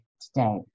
today